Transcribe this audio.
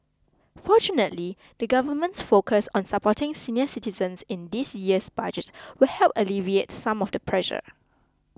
fortunately the government's focus on supporting senior citizens in this year's Budget will help alleviate some of the pressure